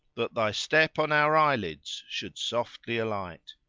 that thy step on our eyelids should softly alight.